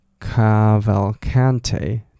Cavalcante